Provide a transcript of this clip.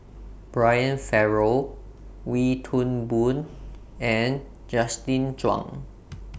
Brian Farrell Wee Toon Boon and Justin Zhuang